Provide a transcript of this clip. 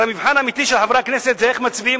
הרי המבחן האמיתי של חברי הכנסת זה איך מצביעים